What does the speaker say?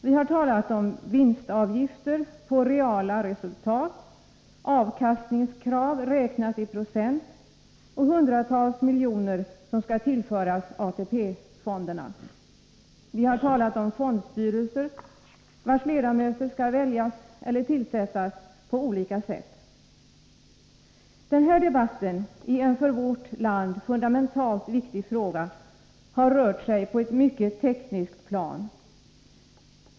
Vi har talat om vinstavgifter på ”reala resultat”, avkastningskrav räknat i procent och att hundratals miljoner skall tillföras AP-fonderna. Vi har talat om fondstyrelser, vilkas ledamöter skall väljas eller tillsättas på olika sätt. Den här debatten i en för vårt land fundamentalt viktig fråga har rört sig på ett mycket tekniskt plan.